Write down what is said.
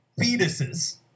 fetuses